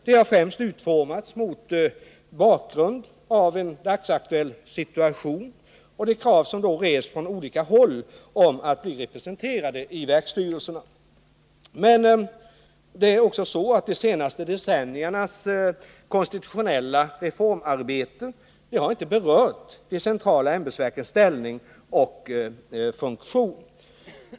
De har främst utformats mot bakgrund av en dagsaktuell situation och de krav som har rests från olika håll om att bli representerade i verksstyrelserna. Men det är också så att de senaste decenniernas konstitutionella reformarbete inte har berört de centrala ämbetsverkens ställning och funktion.